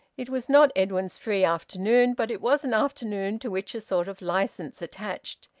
it was not edwin's free afternoon, but it was an afternoon to which a sort of licence attached.